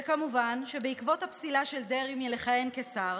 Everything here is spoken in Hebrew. וכמובן שבעקבות הפסילה של דרעי מלכהן כשר,